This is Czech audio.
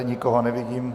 Nikoho nevidím.